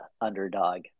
underdog